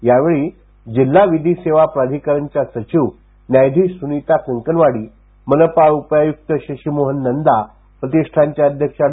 यावेळी जिल्हा विधी सेवा प्राधिकरण च्या सचिव न्यायाधीश सुनीता कंकणवाडी मनपा उपायुक्त शाशीमोहन नंदाप्रतिष्ठानचे अध्यक्ष अँड